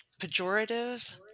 pejorative